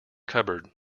cupboard